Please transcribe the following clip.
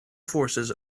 forces